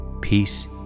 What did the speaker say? Peace